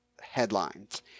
headlines